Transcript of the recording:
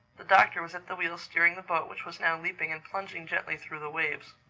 the doctor was at the wheel steering the boat which was now leaping and plunging gently through the waves.